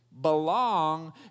belong